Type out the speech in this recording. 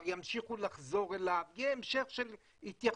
ימשיכו לחזור אליו ויהיה המשך של התייחסות,